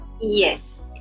Yes